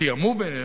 שתיאמו ביניהם,